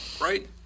right